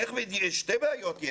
יש פה שתי בעיות.